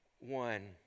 One